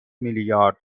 میلیارد